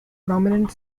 prominent